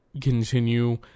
continue